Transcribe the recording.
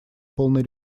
полной